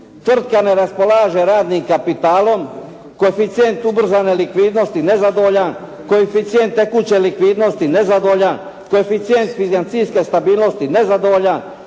"Tvrtka ne raspolaže radnim kapitalom, koeficijent ubrzane likvidnosti nezadovoljan, koeficijent tekuće likvidnosti nezadovoljan, koeficijent financijske stabilnosti nezadovoljan,